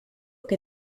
que